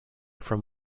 from